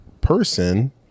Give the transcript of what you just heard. Person